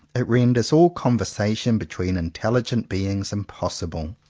it renders all conversation between intelligent beings impossible.